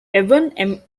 evan